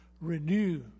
renew